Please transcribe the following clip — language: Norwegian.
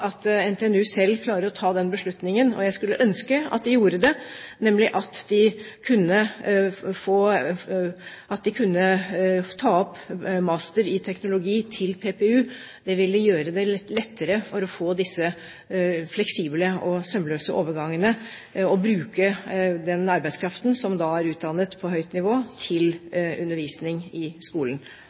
at NTNU selv klarer å ta den beslutningen. Jeg skulle ønske at man gjorde det, slik at de med master i teknologi kunne ta PPU. Det ville gjøre det lettere å få disse fleksible og sømløse overgangene og bruke den arbeidskraften som er utdannet på høyt nivå, til undervisning i skolen.